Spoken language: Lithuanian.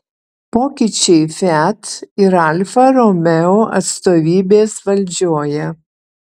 pokyčiai fiat ir alfa romeo atstovybės valdžioje